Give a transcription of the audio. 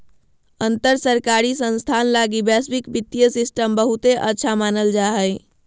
अंतर सरकारी संस्थान लगी वैश्विक वित्तीय सिस्टम बहुते अच्छा मानल जा हय